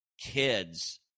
kids